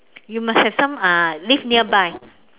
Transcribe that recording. you must have some uh live nearby